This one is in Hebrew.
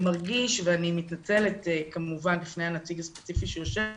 ואני מתנצלת כמובן בפני הנציג הספציפי שיושב פה,